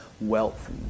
wealth